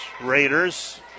Raiders